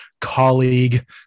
colleague